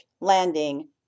landing